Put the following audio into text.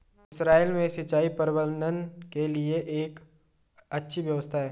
Israel में सिंचाई प्रबंधन के लिए एक अच्छी व्यवस्था है